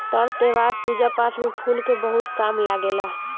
तर त्यौहार, पूजा पाठ में फूल के बहुत काम लागेला